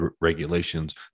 regulations